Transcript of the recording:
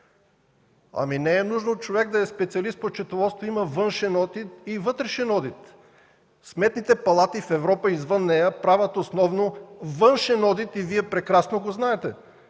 не е нужно човек да е специалист по счетоводство. Има външен и вътрешен одит. Сметните палати в Европа и извън нея правят основно външен одит и Вие прекрасно го знаете.